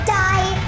die